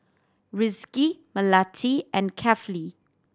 Rizqi Melati and Kefli